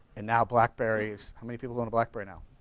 and now blackberry is? how many people own a blackberry now?